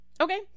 okay